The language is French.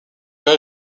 peut